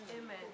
Amen